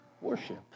worship